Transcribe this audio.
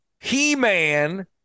He-Man